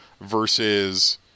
Versus